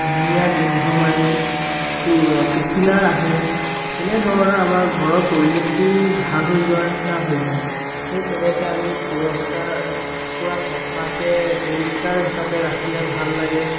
ধুনীয়া গোন্ধ মাৰে ফু পখিলা আহে তেনেধৰণৰ আমাৰ ঘৰৰ পৰিৱেশটোও ভাল হৈ যোৱাৰ নিচিনা হৈ যায় সেই তেনেকৈ আমি পুৰষ্কাৰ পূৰা চাফাকৈ পৰিষ্কাৰ হিচাপে ৰাখিলে ভাল লাগে